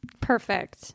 Perfect